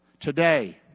Today